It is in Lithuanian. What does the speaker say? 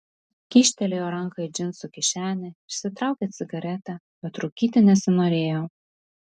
kyštelėjo ranką į džinsų kišenę išsitraukė cigaretę bet rūkyti nesinorėjo